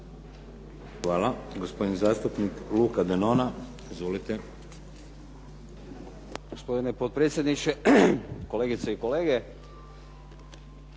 Hvala. Gospodin zastupnik Luka Denona. Izvolite. **Denona, Luka (SDP)** Gospodine potpredsjedniče, kolegice i kolege.